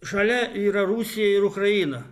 šalia yra rusija ir ukraina